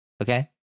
Okay